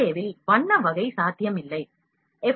ஏ இல் வண்ண வகை சாத்தியமில்லை எஃப்